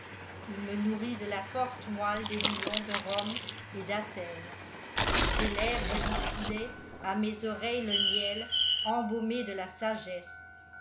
il me nourrit de la forte moelle des lions de rome et d'athènes ses lèvres distillaient à mes oreilles le miel embaumé de la sagesse